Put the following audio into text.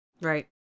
Right